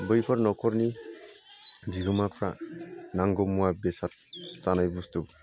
बैफोर न'खरनि बिगोमाफ्रा नांगौ मुवा बेसाद जानाय बुस्तुफोरखौ